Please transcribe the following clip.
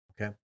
Okay